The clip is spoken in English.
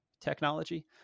technology